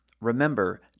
Remember